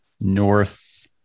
North